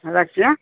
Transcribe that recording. রাখছি হ্যাঁ